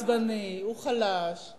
הוא עצבני, הוא חלש.